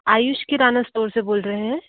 Ayush kirana store से बोल रहे हैं